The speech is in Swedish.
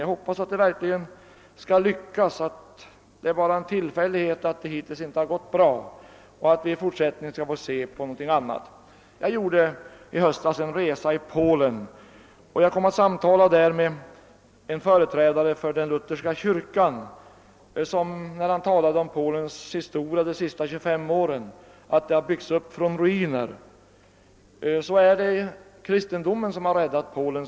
Jag hoppas att det verkligen skall lyckas, att det bara är en tillfällighet att det hittills inte gått bra och att vi i fortsättningen skall få se en annan utveckling på detta område. Jag gjorde i höstas en resa i Polen, och jag kom där att samtala med en företrädare för den lutherska kyrkan. När han talade om Polens historia under de senaste 25 åren då Polen åter byggts upp från ruiner sade han att det är kristendomen som har räddat Polen.